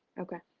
okay